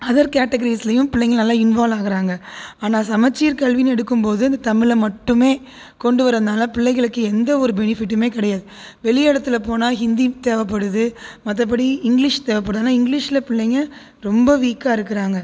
other கேட்டகிரிஸ்லயும் பிள்ளைங்க நல்லா இன்வாலாகிறாங்க ஆனால் சமச்சீர் கல்வின்னு எடுக்கும் போது இந்த தமிழை மட்டுமே கொண்டு வரதுனால பிள்ளைகளுக்கு எந்த ஒரு பெனிஃபிட்டுமே கிடயாது வெளி இடத்துல போனால் ஹிந்தி தேவைபடுது மற்றபடி இங்கிலிஷ் தேவைபடுது ஆனால் இங்கிலிஷில் பிள்ளைங்க ரொம்ப வீக்காருக்கிறாங்க